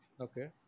Okay